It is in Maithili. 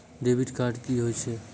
डेबिट कार्ड कि होई छै?